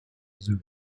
süd